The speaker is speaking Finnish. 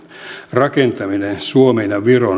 rakentaminen suomen ja viron välille ei vielä ole riittävä